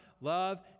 love